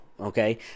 okay